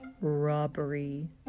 Robbery